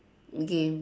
game